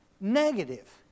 Negative